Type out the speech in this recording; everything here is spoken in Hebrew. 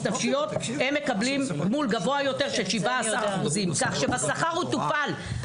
נפשיות הם מקבלים גמול גבוה יותר של 17%. כך שבשכר הוא תוקן.